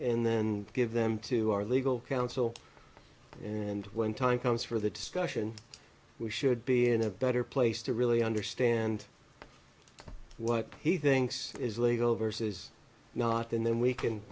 and then give them to our legal counsel and when time comes for the discussion we should be in a better place to really understand what he thinks is legal versus not and then we can